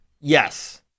yes